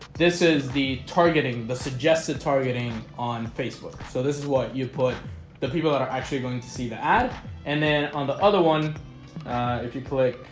this is the targeting the suggested targeting on facebook so this is what you put the people are actually going to see the ad and then on the other one if you click,